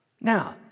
Now